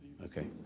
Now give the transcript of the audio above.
Okay